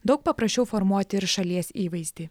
daug paprasčiau formuoti ir šalies įvaizdį